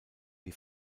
die